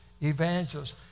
evangelists